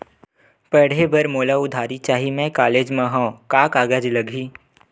पढ़े बर मोला उधारी चाही मैं कॉलेज मा हव, का कागज लगही?